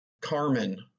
Carmen